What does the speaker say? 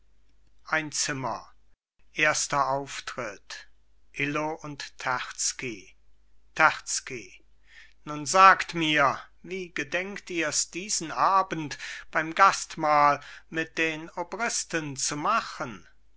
ein zimmer erster auftritt illo und terzky terzky nun sagt mir wie gedenkt ihrs diesen abend beim gastmahl mit den obristen zu machen